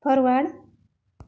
forward